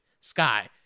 Sky